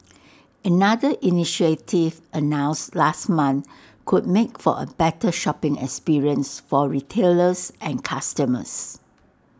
another initiative announced last month could make for A better shopping experience for retailers and customers